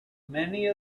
many